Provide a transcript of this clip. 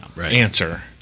answer